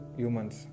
humans